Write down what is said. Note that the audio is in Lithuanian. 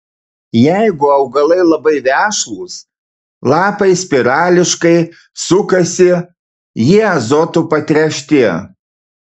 jeigu augalai labai vešlūs lapai spirališkai sukasi jie azotu patręšti